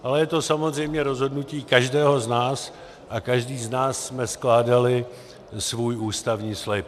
Ale je to samozřejmě rozhodnutí každého z nás a každý z nás jsme skládali svůj ústavní slib.